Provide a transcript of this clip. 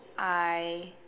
I